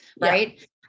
Right